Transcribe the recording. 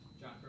John